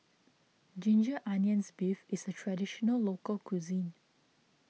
Ginger Onions Beef is a Traditional Local Cuisine